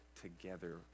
together